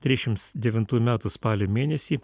trisdešims devintų metų spalio mėnesį